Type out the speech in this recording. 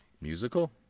Musical